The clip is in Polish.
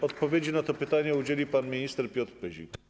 Odpowiedzi na to pytanie udzieli pan minister Piotr Pyzik.